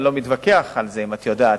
אני לא מתווכח על זה אם את יודעת,